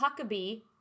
Huckabee